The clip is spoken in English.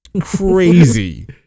crazy